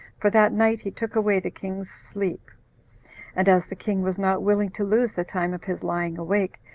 for that night he took away the king's sleep and as the king was not willing to lose the time of his lying awake,